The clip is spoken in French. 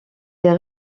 les